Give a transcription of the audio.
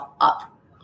up